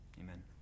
Amen